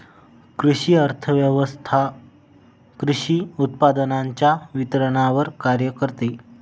कृषी अर्थव्यवस्वथा कृषी उत्पादनांच्या वितरणावर कार्य करते